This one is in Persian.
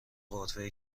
غرفه